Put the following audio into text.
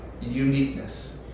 uniqueness